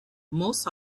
most